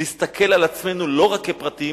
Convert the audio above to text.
להסתכל על עצמנו לא רק כפרטים,